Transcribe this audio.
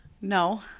No